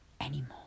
anymore